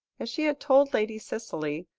as she had told lady cicely,